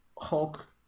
Hulk